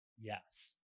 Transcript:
Yes